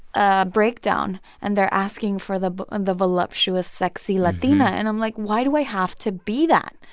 a breakdown. and they're asking for the and the voluptuous, sexy latina. and i'm like, why do i have to be that?